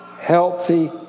healthy